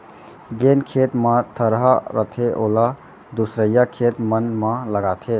जेन खेत म थरहा रथे ओला दूसरइया खेत मन म लगाथें